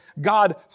God